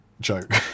joke